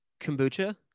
Kombucha